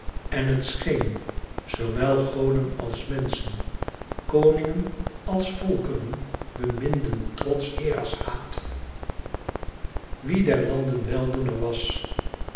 en het scheen zoo wel goden als menschen koningen als volkeren beminden trots hera's haat wie der landen weldoener was